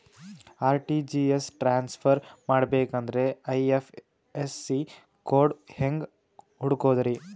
RTGS transfer ಮಾಡಬೇಕೆಂದರೆ IFSC code ಹೆಂಗ್ ಹುಡುಕೋದ್ರಿ?